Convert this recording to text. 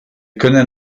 können